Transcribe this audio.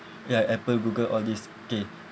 ya apple google all these okay